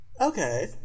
Okay